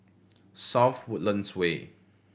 South Woodlands Way